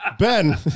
Ben